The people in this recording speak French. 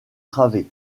travées